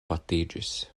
batiĝis